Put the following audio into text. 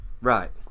Right